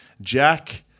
Jack